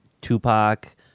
Tupac